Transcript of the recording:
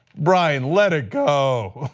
brian let it go.